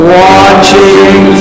watching